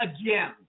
again